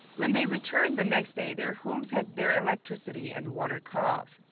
when they returned the next day their homes had their electricity and water cut off.